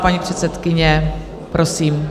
Paní předsedkyně, prosím.